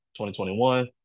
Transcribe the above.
2021